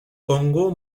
congo